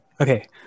okay